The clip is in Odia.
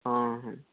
ହଁ ହଁ